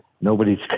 Nobody's